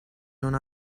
non